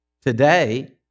today